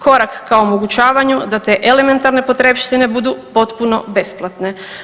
Korak ka omogućavanju da te elementarne potrepštine budu potpuno besplatne.